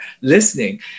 listening